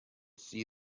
see